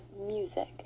music